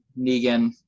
Negan